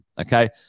okay